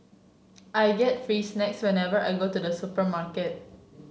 I get free snacks whenever I go to the supermarket